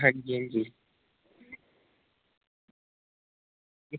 हां जी हां जी